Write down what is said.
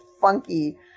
funky